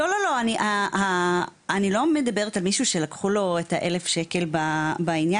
אני לא מדברת על מישהו שלקחו לו את ה-1000 שקלים בעניין הזה.